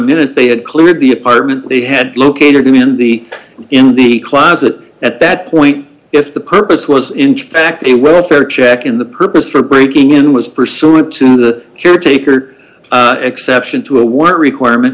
minute they had cleared the apartment they had located or going in the in the closet at that point if the purpose was in fact a welfare check in the purpose for breaking in was pursuant to the caretaker exception to a what requirement